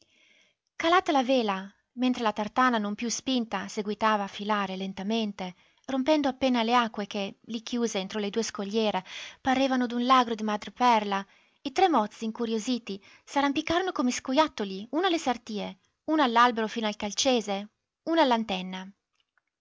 calata la vela mentre la tartana non più spinta seguitava a filare lentamente rompendo appena le acque che lì chiuse entro le due scogliere parevano d'un lago di madreperla i tre mozzi incuriositi s'arrampicarono come scojattoli uno alle sartie uno all'albero fino al calcese uno all'antenna